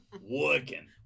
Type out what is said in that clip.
Working